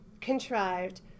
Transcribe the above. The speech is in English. contrived